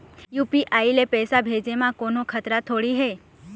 UPI ले पैसे भेजे म कोन्हो खतरा थोड़ी हे?